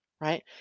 right